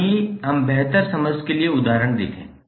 आइए हम बेहतर समझ के लिए उदाहरण देखें